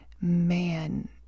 man